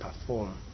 perform